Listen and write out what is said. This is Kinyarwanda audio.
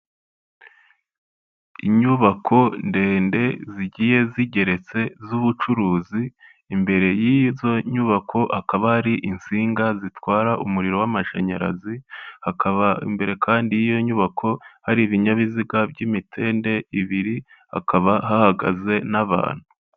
Inyubako ndende zigiye zigeretse z'ubucuruzi imbere y'izo nyubako akaba ari insinga zitwara umuriro w'amashanyarazi hakaba mbere kandi y'iyo nyubako hari ibinyabiziga by'imitende ibiri hakaba hahagaze n'abantu.